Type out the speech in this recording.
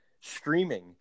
streaming